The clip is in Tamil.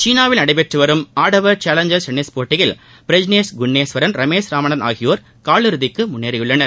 சீனாவில் நடைபெற்று வரும் ஆடவர் சேலஞ்சர்ஸ் டென்னில் போட்டியில் பிரஜ்னேஷ் குன்னேஸ்வரன் ரமேஷ் ராமநாதன் ஆகியோர் காலிறுதிக்கு முன்னேறியுள்ளனர்